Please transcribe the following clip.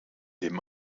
dem